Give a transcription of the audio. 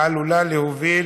העלולה להוביל